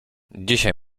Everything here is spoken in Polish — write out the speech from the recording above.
dzisiaj